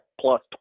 plus